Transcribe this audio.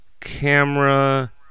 camera